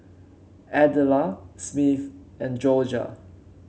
Adela Smith and Jorja